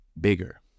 bigger